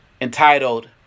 entitled